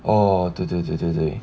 or 对对对对对